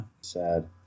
Sad